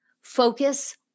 focus